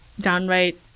downright